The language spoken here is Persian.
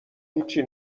هیچی